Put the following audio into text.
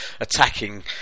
attacking